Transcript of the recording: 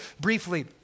briefly